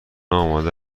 آماده